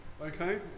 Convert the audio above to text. Okay